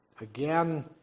again